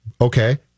okay